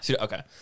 Okay